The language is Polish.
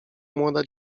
młoda